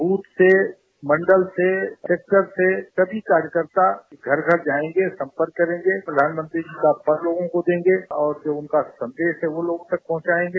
booth से मंडल से सेक्टर से सभी कार्यकर्ता घर घर जायेंगे सम्पर्क करेंगे प्रधानमंत्री जी का पत्र लोगों को देंगे और उनका जो संदेश है वह लोगों तक पहुंचायेंगे